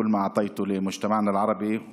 (אומר בערבית: תודה לך על כל מה שנתת לחברה הערבית שלנו,